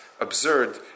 absurd